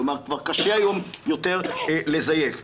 כלומר, קשה יותר לזייף היום.